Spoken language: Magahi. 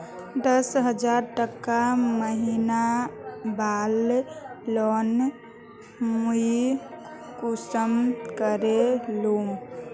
दस हजार टका महीना बला लोन मुई कुंसम करे लूम?